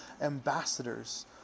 ambassadors